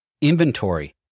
inventory